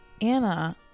Anna